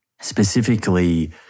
Specifically